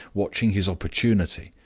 watching his opportunity,